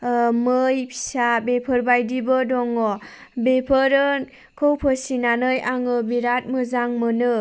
मै फिसा बेफोरबायदिबो दङ बेफोरखौ फिसिनानै आङो बिराद मोजां मोनो